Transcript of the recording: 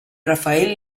rafael